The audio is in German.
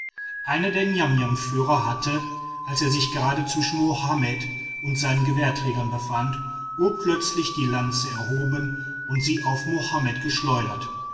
einer der niamniamführer hatte als er sich gerade zwischen mohammed und seinen gewehrträgern befand urplötzlich die lanze erhoben und sie auf mohammed geschleudert